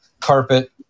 carpet